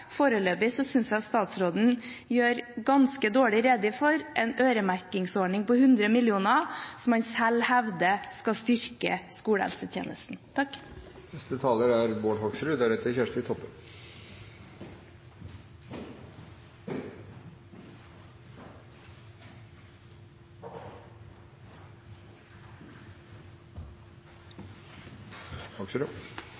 Foreløpig synes jeg at statsråden gjør ganske dårlig rede for en øremerkingsordning på 100 mill. kr, som han selv hevder skal styrke skolehelsetjenesten.